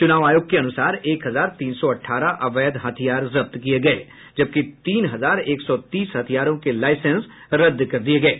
चुनाव आयोग के अनुसार एक हजार तीन सौ अठारह अवैध हथियार जब्त किये गये हैं जबकि तीन हजार एक सौ तीस हथियारों के लाईसेंस को रद्द कर दिया गया है